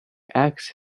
axe